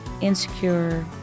insecure